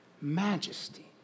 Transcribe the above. Majesty